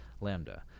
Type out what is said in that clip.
Lambda